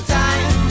time